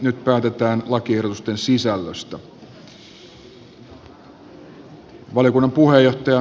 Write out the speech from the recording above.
nyt päätetään lakiehdotusten sisällöstä